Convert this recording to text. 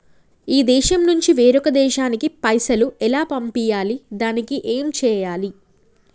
ఈ దేశం నుంచి వేరొక దేశానికి పైసలు ఎలా పంపియ్యాలి? దానికి ఏం చేయాలి?